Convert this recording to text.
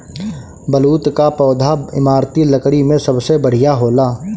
बलूत कअ पौधा इमारती लकड़ी में सबसे बढ़िया होला